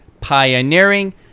pioneering